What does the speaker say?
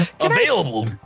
Available